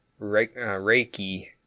Reiki